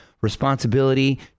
responsibility